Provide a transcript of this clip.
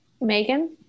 Megan